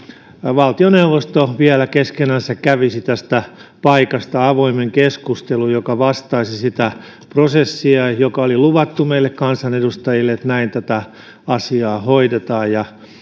valtioneuvosto vielä keskenänsä kävisi tästä paikasta avoimen keskustelun joka vastaisi sitä prosessia kuten oli luvattu meille kansanedustajille että näin tätä asiaa hoidetaan